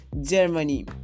Germany